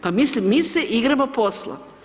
Pa mislim, mi se igramo posla.